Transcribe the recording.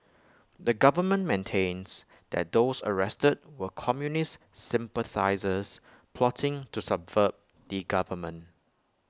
the government maintains that those arrested were communist sympathisers plotting to subvert the government